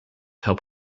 help